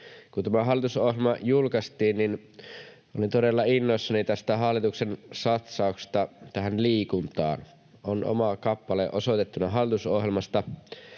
Kun tämä hallitusohjelma julkaistiin, olin todella innoissani tästä hallituksen satsauksesta tähän liikuntaan. On oma kappale osoitettuna hallitusohjelmasta,